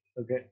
Okay